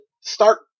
start